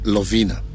Lovina